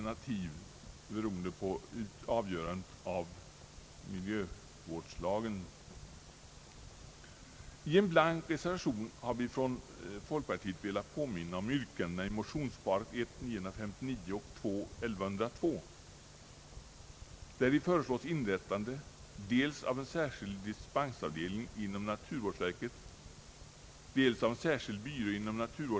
Detta är således beroende på avgörandet beträffande förslaget om miljöskyddslagen. Vi från folkpartiet har också fogat en blank reservation till jordbruksutskottets utlåtande nr 18. Detta har vi gjort därför att vi har velat påminna om yrkandena i motionsparet I: 959 och Il: 1102.